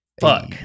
Fuck